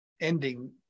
ending